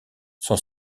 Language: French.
sont